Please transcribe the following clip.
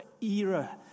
Era